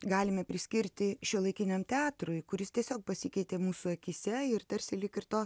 galime priskirti šiuolaikiniam teatrui kuris tiesiog pasikeitė mūsų akyse ir tarsi lyg ir to